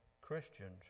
Christians